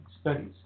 studies